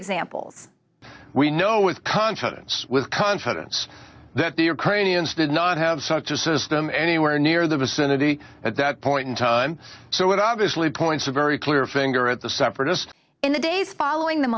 examples we know with confidence with confidence that the ukrainians did not have such a system anywhere near the vicinity at that point in time so it obviously points a very clear finger at the separatists in the days following the